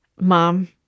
mom